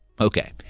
Okay